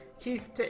Keith